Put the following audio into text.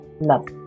love